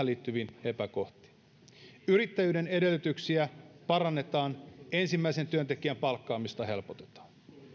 liittyviin epäkohtiin yrittäjyyden edellytyksiä parannetaan ensimmäisen työntekijän palkkaamista helpotetaan